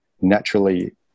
naturally